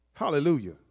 Hallelujah